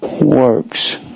works